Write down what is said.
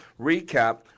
recap